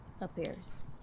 appears